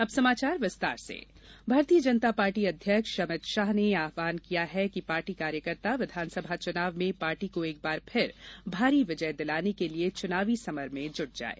अब समाचार विस्तार से अमित शाह भारतीय जनता पार्टी अध्यक्ष अमित शाह ने आव्हान किया है कि पार्टी कार्यकर्ता विधानसभा चुनाव में पार्टी को एक बार फिर भारी विजय दिलाने के लिए चुनावी समर में जुट जाये